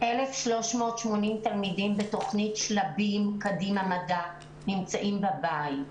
1,380 תלמידים בתוכנית "שלבים" - קדימה מדע נמצאים בבית,